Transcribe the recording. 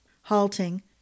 Halting